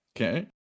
Okay